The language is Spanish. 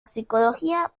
psicología